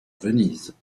venise